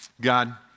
God